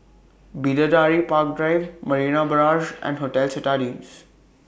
Bidadari Park Drive Marina Barrage and Hotel Citadines